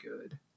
good